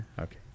Okay